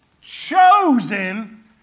chosen